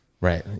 right